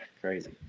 crazy